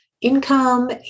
income